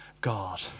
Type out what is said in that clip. God